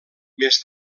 més